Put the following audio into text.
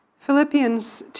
Philippians